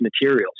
materials